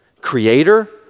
creator